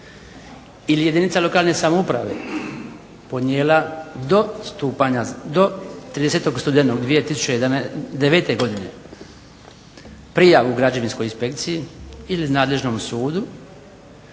ili jedinica lokalne samouprave ponijela do stupanja, do 30. studenog 2009. godine prijavu građevinskoj inspekciji ili nadležnom sudu